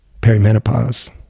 perimenopause